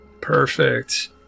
Perfect